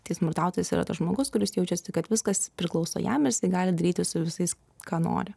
tai smurtautojas yra tas žmogus kuris jaučiasi kad viskas priklauso jam ir jisai gali daryti su visais ką nori